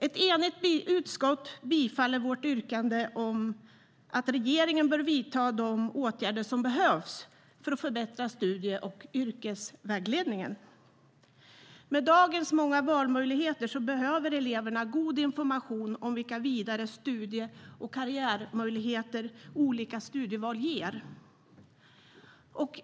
Ett enigt utskott bifaller vårt yrkande om att regeringen bör vidta de åtgärder som behövs för att förbättra studie och yrkesvägledningen. Med dagens många valmöjligheter behöver eleverna god information om vilka vidare studie och karriärmöjligheter olika studieval ger.